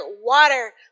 water